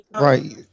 Right